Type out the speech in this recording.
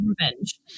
revenge